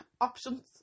options